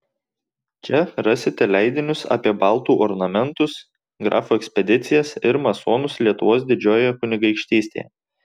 čia rasite leidinius apie baltų ornamentus grafų ekspedicijas ir masonus lietuvos didžiojoje kunigaikštystėje